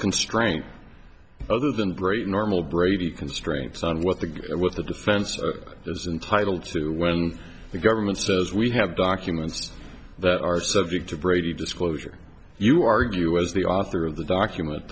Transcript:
constraint other than normal brady constraints on what the what the defense is entitle to when the government says we have documents that are subject to brady disclosure you argue as the author of the document